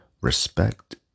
Respect